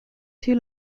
two